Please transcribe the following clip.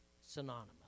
synonymous